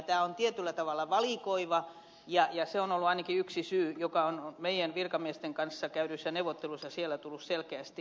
tämä on tietyllä tavalla valikoiva ja se on ollut ainakin yksi syy joka on meidän virkamiestemme kanssa käydyissä neuvotteluissa tullut selkeästi esille